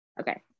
okay